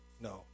no